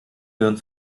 gehören